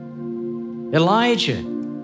Elijah